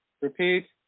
Repeat